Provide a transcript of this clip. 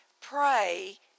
Pray